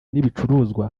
n’ibicuruzwa